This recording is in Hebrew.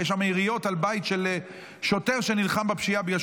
היו שם יריות על בית של שוטר שנלחם בפשיעה בגלל